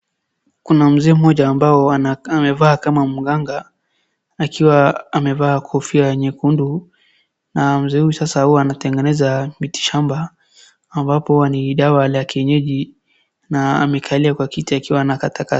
Kuna mzee mmoja ambao amevaa kama mganga. Akiwa amevaa kofia nyekundu. Na mzee huyu sasa huwa anatengeneza mitishamba. Ambapo huwa ni dawa la kienyeji. Na amekalia kwa kiti akiwa anakatakata.